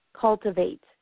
cultivate